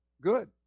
Good